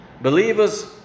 Believers